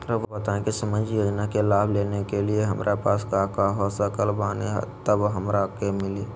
रहुआ बताएं कि सामाजिक योजना के लाभ लेने के लिए हमारे पास काका हो सकल बानी तब हमरा के मिली?